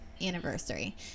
anniversary